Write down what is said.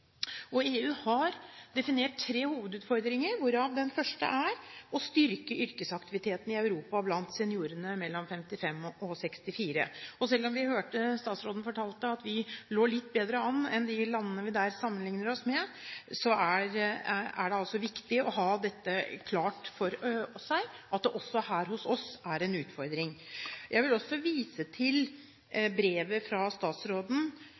EU har definert tre hovedutfordringer, hvorav den første er å styrke yrkesaktiviteten i Europa blant seniorene mellom 55 og 64 år. Selv om vi hørte statsråden fortelle at vi ligger litt bedre an enn de landene vi sammenligner oss med, er det viktig å ha klart for seg at det også her hos oss er en utfordring. Jeg vil også vise til brevet fra statsråden